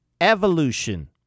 Evolution